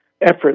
Effort